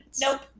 Nope